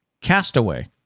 Castaway